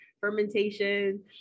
fermentation